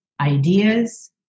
ideas